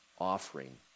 offering